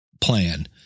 plan